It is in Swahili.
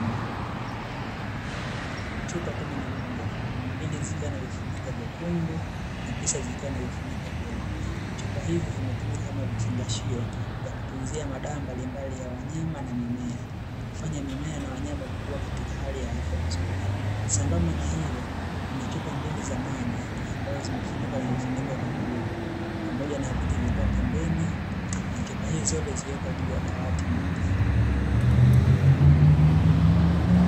Chupa kumi na moja mbili zikiwa na vifuniko vyekundu na tisa zikiwa na vifuniko vyeupe, chupa hizi zimetumika kama vifungashio vya kutunzia madawa mbalimbali ya wanyama na mimea, kufanya mimea na wanyama kukua katika hali ya afya nzuri. Sambamba na hilo kuna chupa mbili za maji ambazo zimefunikwa na vifuniko vya bluu, pamoja na viti vikiwa pembeni, na chupa hizi zote zikiwa juu ya dawati moja.